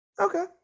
okay